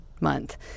Month